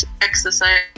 exercise